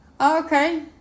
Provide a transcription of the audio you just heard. Okay